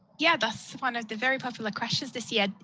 yeah, that's one of the very popular questions this year.